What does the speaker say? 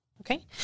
Okay